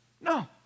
No